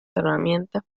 herramienta